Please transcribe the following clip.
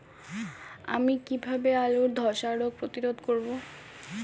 আমি কিভাবে আলুর ধ্বসা রোগ প্রতিরোধ করব?